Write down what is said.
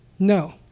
No